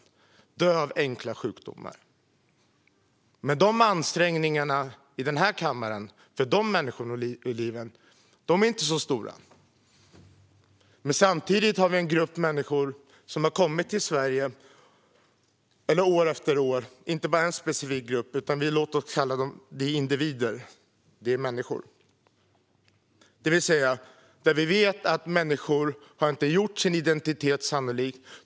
De riskerar att dö till följd av enkla sjukdomar. Men ansträngningarna i den här kammaren för dessa människoliv är inte så stora. Samtidigt har vi grupper av människor som har kommit till Sverige år efter år - och det är inte bara en specifik grupp, utan det handlar om individer och människor - där vi vet att det finns människor som inte sanningsenligt har klargjort sin identitet.